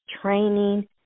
training